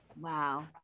Wow